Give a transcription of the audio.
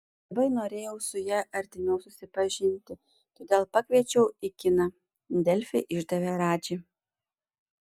labai norėjau su ja artimiau susipažinti todėl pakviečiau į kiną delfi išdavė radži